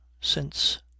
since